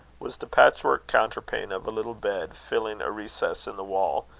was the patch-work counterpane of a little bed filling a recess in the wall,